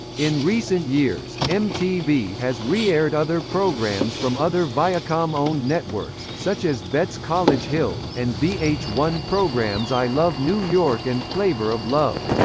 in recent years, mtv has re-aired other programs from other viacom-owned networks, such as bet's college hill, and v h one programs i love new york and flavor of love.